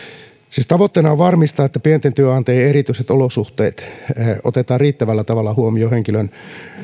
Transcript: siis tavoitteena on varmistaa että pienten työnantajien erityiset olosuhteet otetaan riittävällä tavalla huomioon henkilöön